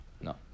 No